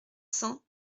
cents